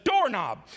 doorknob